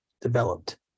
developed